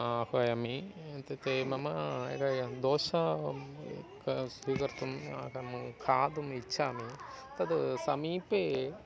आह्वयामि इत्युक्ते मम एकं दोशा म् एकां स्वीकर्तुम् अहम् खादुमिच्छामि तद् समीपे